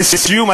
לסיום,